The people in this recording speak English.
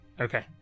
Okay